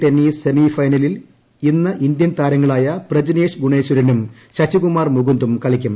tennis semi ഫൈനലിൽ ഇന്ന് Indian താരങ്ങളായ പ്രജ്നേഷ് ഗുണേശ്വരനും ശശികുമാർ മുകുന്തും കളിക്കും